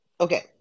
okay